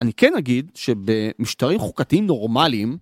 אני כן אגיד שבמשטרים חוקתיים נורמליים